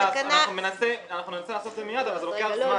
אנחנו ננסה לעשות את זה מיד אבל זה לוקח זמן.